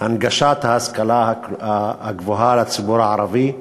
הנגשת ההשכלה הגבוהה לציבור הערבי.